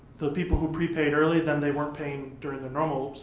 the people who prepaid early then they weren't paying during the normal